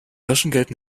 taschengeld